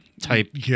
type